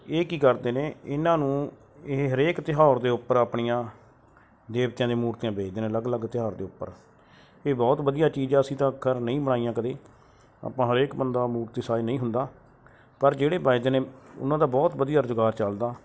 ਇਹ ਕੀ ਕਰਦੇ ਨੇ ਇਹਨਾਂ ਨੂੰ ਇਹ ਹਰੇਕ ਤਿਉਹਾਰ ਦੇ ਉੱਪਰ ਆਪਣੀਆਂ ਦੇਵਤਿਆਂ ਦੀਆਂ ਮੂਰਤੀਆਂ ਵੇਚਦੇ ਨੇ ਅਲੱਗ ਅਲੱਗ ਤਿਉਹਾਰ ਦੇ ਉੱਪਰ ਇਹ ਬਹੁਤ ਵਧੀਆ ਚੀਜ਼ ਆ ਅਸੀਂ ਤਾਂ ਖੈਰ ਨਹੀਂ ਬਣਾਈਆਂ ਕਦੇ ਆਪਾਂ ਹਰੇਕ ਬੰਦਾ ਮੂਰਤੀਸਾਜ ਨਹੀਂ ਹੁੰਦਾ ਪਰ ਜਿਹੜੇ ਵਜਦੇ ਨੇ ਉਹਨਾਂ ਦਾ ਬਹੁਤ ਵਧੀਆ ਰੁਜ਼ਗਾਰ ਚੱਲਦਾ